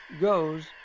goes